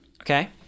Okay